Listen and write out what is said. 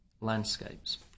landscapes